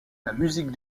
musique